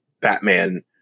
Batman